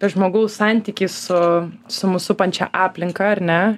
tą žmogaus santykį su su mus supančia aplinka ar ne